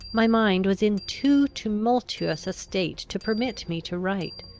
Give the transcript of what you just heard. my mind was in too tumultuous a state to permit me to write.